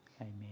Amen